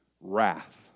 wrath